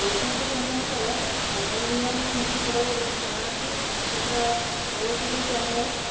ବୈଜୟନ୍ତ ପଣ୍ଡାଙ୍କର ମନୋରଞ୍ଜନ କ୍ଷେତ୍ରରେ ବହୁତ ନାଁ ଅଛି ଯାହାର ଓଟିଭି ଚ୍ୟାନେଲ